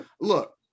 Look